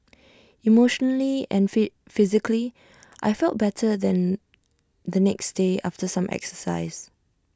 emotionally and fee physically I felt better than the next day after some exercise